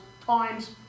times